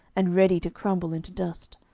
and ready to crumble into dust.